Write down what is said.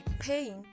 pain